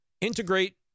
integrate